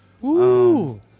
Woo